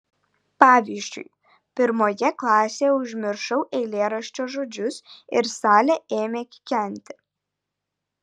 pavyzdžiui pirmoje klasėje užmiršau eilėraščio žodžius ir salė ėmė kikenti